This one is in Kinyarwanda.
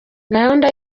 gahunda